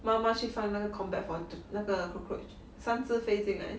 妈妈去放那个 combat for 那个 cockroach 三只飞进来